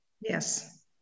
Yes